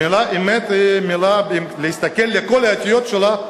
המלה אמת היא מלה, להסתכל על כל האותיות שלה: